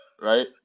right